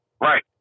Right